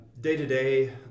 day-to-day